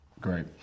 Great